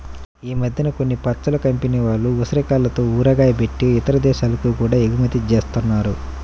ఈ మద్దెన కొన్ని పచ్చళ్ళ కంపెనీల వాళ్ళు ఉసిరికాయలతో ఊరగాయ బెట్టి ఇతర దేశాలకి గూడా ఎగుమతి జేత్తన్నారు